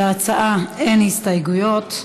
להצעה אין הסתייגויות.